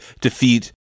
defeat